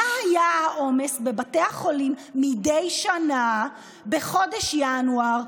מה היה העומס בבתי החולים מדי שנה בחודש ינואר,